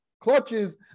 clutches